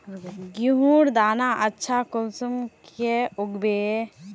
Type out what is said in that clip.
गेहूँर दाना अच्छा कुंसम के उगबे?